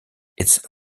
its